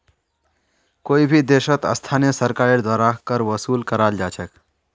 कोई भी देशत स्थानीय सरकारेर द्वारा कर वसूल कराल जा छेक